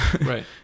Right